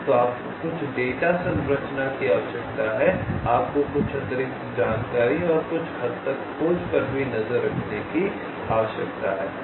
तो आपको कुछ डेटा संरचना की आवश्यकता है आपको कुछ अतिरिक्त जानकारी और कुछ हद तक खोज पर भी नज़र रखने की आवश्यकता है